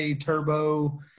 turbo